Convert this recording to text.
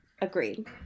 Agreed